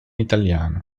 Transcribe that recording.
italiano